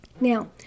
Now